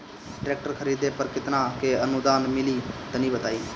Tractor खरीदे पर कितना के अनुदान मिली तनि बताई?